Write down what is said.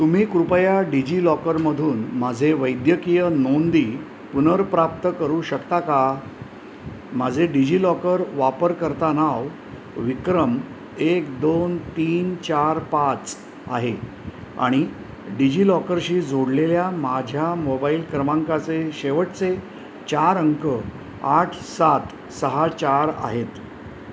तुम्ही कृपया डिजिलॉकरमधून माझे वैद्यकीय नोंदी पुनर्प्राप्त करू शकता का माझे डिजिलॉकर वापरकर्ता नाव विक्रम एक दोन तीन चार पाच आहे आणि डिजिलॉकरशी जोडलेल्या माझ्या मोबाईल क्रमांकाचे शेवटचे चार अंक आठ सात सहा चार आहेत